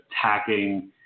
attacking